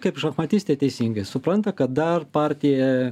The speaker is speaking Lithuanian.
kaip šachmatistė teisingai supranta kad dar partija